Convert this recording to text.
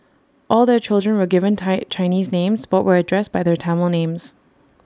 all their children were given Thai Chinese names but were addressed by their Tamil names